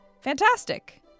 fantastic